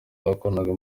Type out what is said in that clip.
bakoranaga